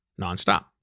nonstop